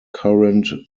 current